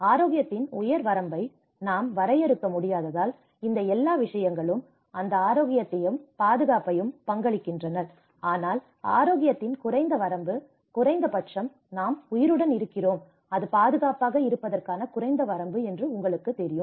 ஆரோக்கியத்தின் உயர் வரம்பை நாம் வரையறுக்க முடியாததால் இந்த எல்லா விஷயங்களும் அந்த ஆரோக்கியத்தையும் பாதுகாப்பையும் பங்களிக்கின்றன ஆனால் ஆரோக்கியத்தின் குறைந்த வரம்பு குறைந்தபட்சம் நாம் உயிருடன் இருக்கிறோம் அது பாதுகாப்பாக இருப்பதற்கான குறைந்த வரம்பு என்று உங்களுக்குத் தெரியும்